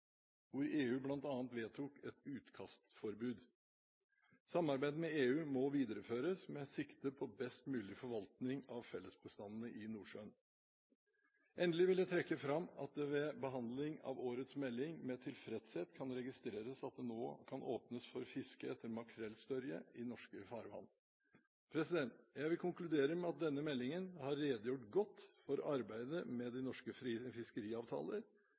EU vedtok bl.a. et utkastforbud. Samarbeidet med EU må videreføres, med sikte på en best mulig forvaltning av de felles fiskebestandene i Nordsjøen. Endelig vil jeg trekke fram at det ved behandlingen av årets melding med tilfredshet kan registreres at det nå kan åpnes for fiske etter makrellstørje i norske farvann. Jeg vil konkludere med at man i denne meldingen har redegjort godt for arbeidet med de norske fiskeriavtaler,